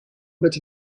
bit